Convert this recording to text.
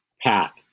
path